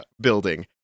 building